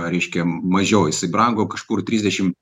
reiškia mažiau jisai brango kažkur trisdešimt